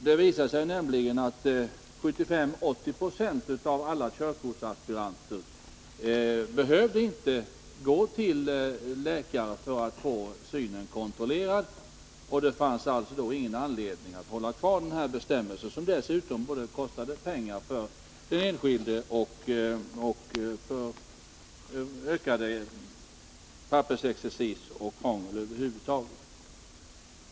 Det har nämligen visat sig att 75-80 20 av alla körkortsaspiranter inte behövde gå till läkare för att få synen kontrollerad, och det fanns då ingen anledning att ha kvar gällande bestämmelser i denna del, som dessutom kostade pengar för den enskilde och som medförde pappersexercis och krångel.